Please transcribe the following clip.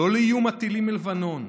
לא לאיום הטילים מלבנון,